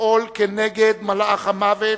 לפעול כנגד מלאך המוות,